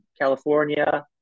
California